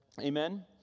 Amen